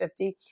50